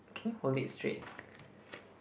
can you hold it straight